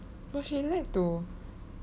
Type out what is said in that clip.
but she like to